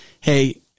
hey